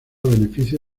beneficio